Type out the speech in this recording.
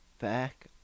back